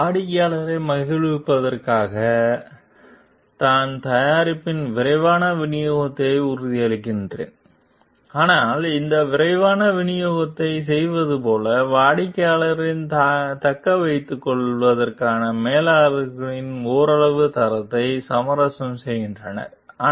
வாடிக்கையாளரை மகிழ்விப்பதற்காக நான் தயாரிப்பின் விரைவான விநியோகத்தை உறுதியளிக்கிறேன் ஆனால் அந்த விரைவான விநியோகத்தைச் செய்வது போல வாடிக்கையாளரைத் தக்கவைத்துக் கொள்வதற்காக மேலாளர்களுக்கு ஓரளவுக்கு தரத்தை சமரசம் செய்கிறேன்